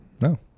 no